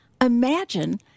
imagine